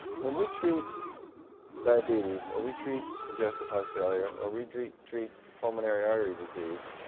when we treat diabetes or we treat congestive heart failure or we treat treat pulmonary artery disease,